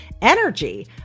energy